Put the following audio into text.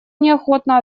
неохотно